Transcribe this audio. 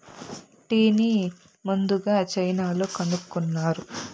టీని ముందుగ చైనాలో కనుక్కున్నారు